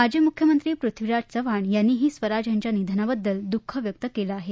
माजी मुख्यमंत्री पृथ्वीराज चव्हाण यांनीही स्वराज यांच्या निधनाबद्दल दःख व्यक्त केलं आहे